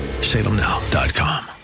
Salemnow.com